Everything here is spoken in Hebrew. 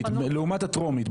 זה הוספנו לעומת הטרומית.